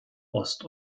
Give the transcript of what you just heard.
ost